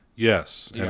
Yes